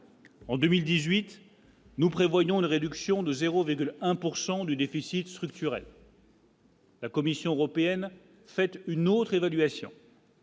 En 2018, nous prévoyons une réduction de 0 des, de 1 pourcent du déficit structurel. La Commission européenne fait une autre évaluation.